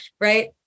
Right